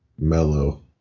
mellow